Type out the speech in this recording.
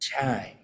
time